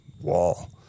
wall